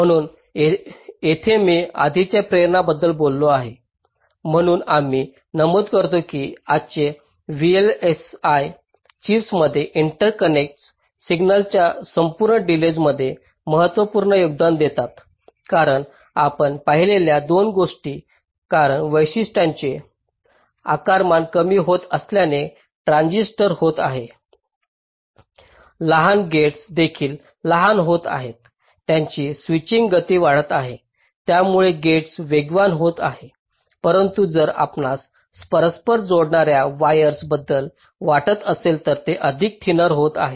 म्हणून येथे मी आधीच्या प्रेरणा बद्दल बोललो आहे म्हणून आम्ही नमूद करतो की आजच्या VLSI चिप्समध्ये इंटरकनेक्ट्स सिग्नलच्या संपूर्ण डिलेज मध्ये महत्त्वपूर्ण योगदान देतात कारण आपण पाहिलेल्या 2 गोष्टी कारण वैशिष्ट्यांचे आकारमान कमी होत असल्याने ट्रान्झिस्टर होत आहेत लहान गेट्स देखील लहान होत आहेत त्यांची स्विचिंग गती वाढत आहे त्यामुळे गेट्स वेगवान होत आहेत परंतु जर आपणास परस्पर जोडणार्या वायर्स बद्दल वाटत असेल तर ते अधिक थिनर होत आहेत